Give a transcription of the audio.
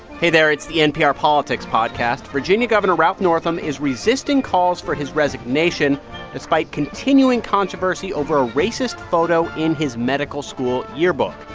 hey, there. it's the npr politics podcast. virginia governor ralph northam is resisting calls for his resignation despite continuing controversy over a racist photo in his medical school yearbook.